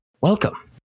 welcome